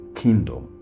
kingdom